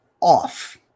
off